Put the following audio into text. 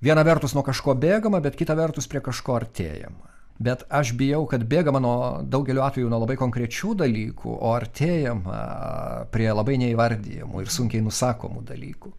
viena vertus nuo kažko bėgama bet kita vertus prie kažko artėjama bet aš bijau kad bėgama nuo daugeliu atvejų nuo labai konkrečių dalykų o artėjama prie labai neįvardijamų ir sunkiai nusakomų dalykų